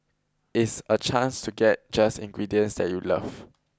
its a chance to get just ingredients that you love